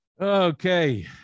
Okay